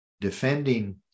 defending